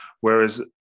whereas